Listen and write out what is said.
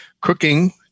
Cooking